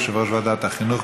יושב-ראש ועדת החינוך,